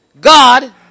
God